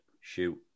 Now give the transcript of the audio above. shoot